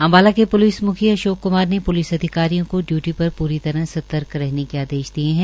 अम्बाला के प्लिस म्खी अशोक क्मार ने प्लिस अधिकारिों को डयूटी पर पूरी तरह सर्तक रहने के आदेश दिए है